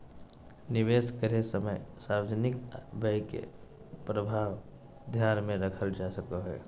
निवेश करे समय सार्वजनिक व्यय के प्रभाव ध्यान में रखल जा सको हइ